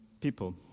people